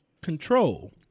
Control